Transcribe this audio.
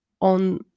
on